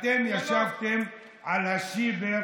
אתם ישבתם על השיבר